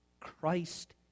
Christ